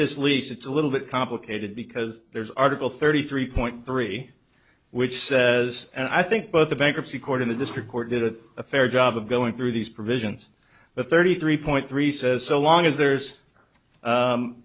this lease it's a little bit complicated because there's article thirty three point three which says and i think both the bankruptcy court in the district court did have a fair job of going through these provisions but thirty three point three says so long as there's